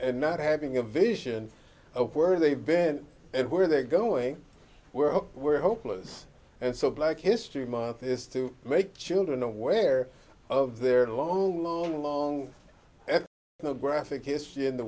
and not having a vision of where they've been and where they're going where hopeless and so black history month is to make children aware of their long long long the graphic history in the